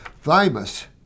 thymus